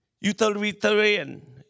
Utilitarian